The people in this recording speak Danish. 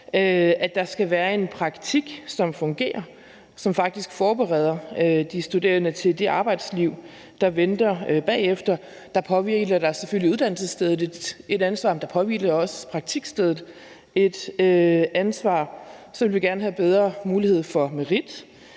at der skal være en praktik, som fungerer, og som faktisk forbereder de studerende på det arbejdsliv, der venter bagefter. Her påhviler der selvfølgelig uddannelsesstedet et ansvar, men der påhviler jo også praktikstedet et ansvar. Så vil vi gerne have bedre mulighed for